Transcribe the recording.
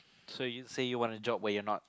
so you say you want a job when you are not